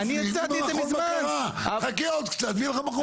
חכה עוד קצת ויהיה לך מכון בקרה.